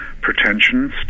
pretensions